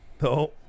No